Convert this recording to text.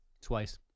Twice